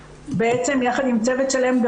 יחד עם צוות שלם,